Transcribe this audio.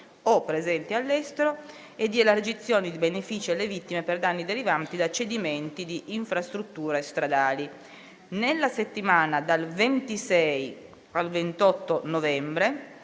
o presenti all'estero e di elargizioni di benefici alle vittime per danni derivanti da cedimenti di infrastrutture stradali. Nella settimana dal 26 al 28 novembre